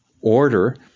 order